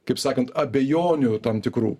kaip sakant abejonių tam tikrų